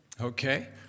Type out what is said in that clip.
Okay